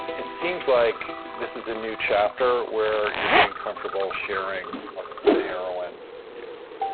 it seems like this is a new chapter where you're getting comfortable sharing the heroin use,